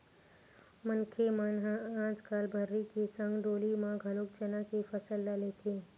मनखे मन ह आजकल भर्री के संग डोली म घलोक चना के फसल ल लेथे